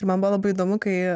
ir man labai įdomu kai